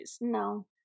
No